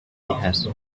has